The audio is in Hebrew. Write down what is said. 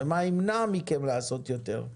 מה ימנע מכם לעשות יותר?